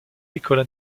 écoles